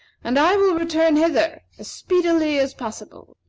and i will return hither as speedily as possible.